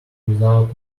without